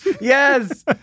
yes